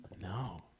no